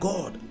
God